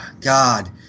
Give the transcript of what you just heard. God